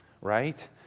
right